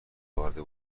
آورده